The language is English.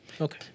Okay